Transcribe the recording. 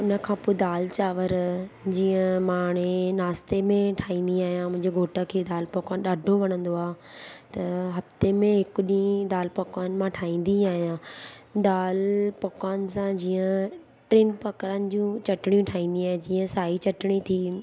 उन खां पोइ दाल चांवर जीअं मां हाणे नास्ते में ठाहींदी आहियां मुंहिंजे घोट खे दाल पकवान ॾाढो वणंदो आहे त हफ़्ते में हिकु ॾींहुं मां दाल पकवान मां ठाहींदी आहियां दाल पकवान सां जीअं टिनि पकानि जूं चटणियूं ठाहींदी आहियां जीअं साई चटिणी थी